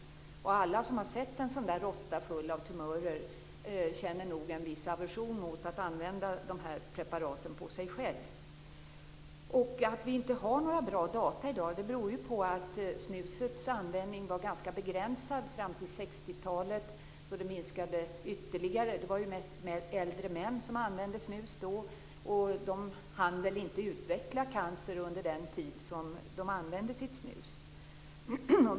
Alla som har sett en sådan råtta full av tumörer känner nog en viss aversion mot att använda de här preparaten på sig själva. Att vi i dag inte har några bra data beror på att snusets användning var ganska begränsad fram till 60-talet, då den minskade ytterligare. Det var då mest äldre män som använde snus, och de hann väl inte utveckla cancer under den tid som de brukade sitt snus.